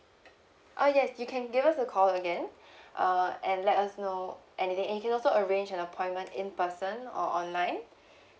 ah yes you can give us a call again uh and let us know anything you can also arrange an appointment in person or online